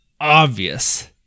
obvious